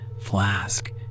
flask